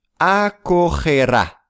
Acogerá